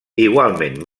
igualment